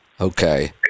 Okay